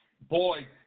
boy